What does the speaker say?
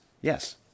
yes